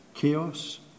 chaos